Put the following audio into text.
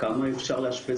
כמה אפשר לאשפז